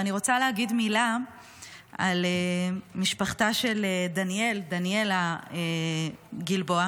ואני רוצה להגיד מילה על משפחתה של דניאל דניאלה גלבוע,